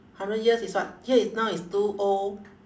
hundred years is what here is now is two O